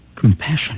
Compassion